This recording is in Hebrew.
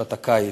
לחופשת הקיץ.